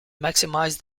maximize